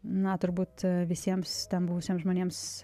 na turbūt visiems ten buvusiems žmonėms